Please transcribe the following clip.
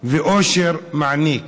ואושר מעניק,